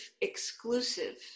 exclusive